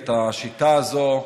את השיטה הזאת,